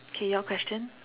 okay your question